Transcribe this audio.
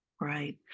Right